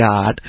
God